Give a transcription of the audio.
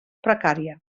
precària